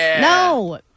No